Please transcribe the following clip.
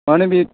माने बे